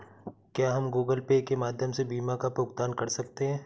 क्या हम Google Pay के माध्यम से बीमा का भुगतान कर सकते हैं?